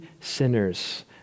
sinners